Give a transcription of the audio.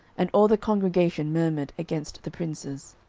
and all the congregation murmured against the princes.